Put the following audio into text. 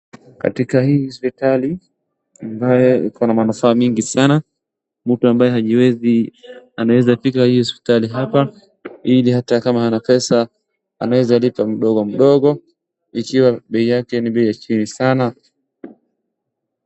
Katika hii hospitali ambayo iko na manufaa mengi sana mtu ambaye hajiwezi anaweza fika hii hospitali hapa ili hata kama hana pesa anaweza lipa mdogo mdogo ikiwa bei yake ni bei ya chini sana.